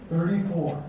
Thirty-four